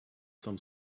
some